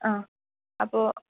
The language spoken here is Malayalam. ആ അപ്പോൾ